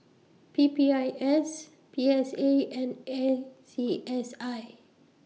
P P I S P S A and A C S I